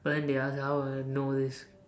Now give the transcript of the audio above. burn theirs how would I know this